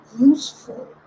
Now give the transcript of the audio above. useful